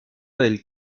del